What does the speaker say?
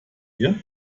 mir